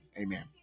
Amen